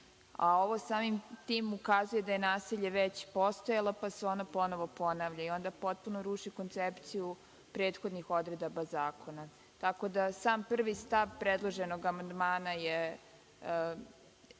a ovo samim tim ukazuje da je nasilje već postojalo, pa su ona ponovo ponovi i onda potpuno ruši koncepciju prethodnih odredaba zakona. Tako da sam prvi stav predloženog amandmana nije